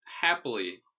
happily